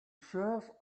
sheriff